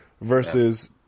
versus